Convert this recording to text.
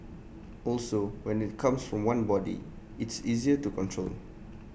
also when IT comes from one body it's easier to control